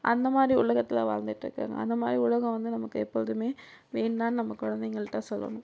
அந்த மாதிரி உலகத்தில் வாழ்ந்துட் இருக்குங்க அந்த மாதிரி உலகம் வந்து நமக்கு எப்பொழுதுமே வீண் தான் நம்ம குழந்தைங்கள்ட்ட சொல்லணும்